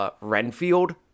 Renfield